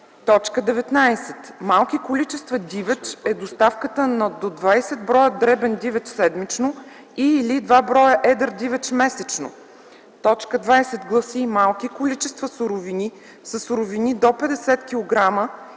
19. Малки количества дивеч е доставката на до 20 бр. дребен дивеч седмично и/или 2 бр. едър дивеч месечно. 20. Малки количества суровини са суровини до 50 кг